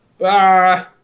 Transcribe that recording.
Bye